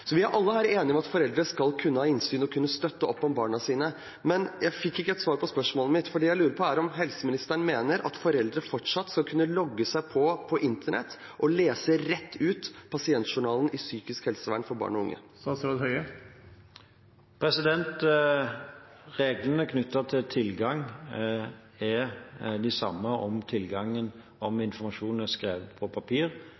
Vi er alle enige om at foreldre skal kunne ha innsyn og kunne støtte opp om barna sine, men jeg fikk ikke svar på spørsmålet mitt, for det jeg lurer på, er om helseministeren mener at foreldre fortsatt skal kunne logge seg på internett og lese rett ut fra pasientjournalen til psykisk helsevern for barn og unge. Reglene knyttet til tilgang er de samme om